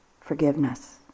forgiveness